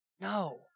No